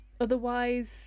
otherwise